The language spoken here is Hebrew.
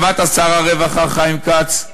שמעת, שר הרווחה חיים כץ?